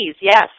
yes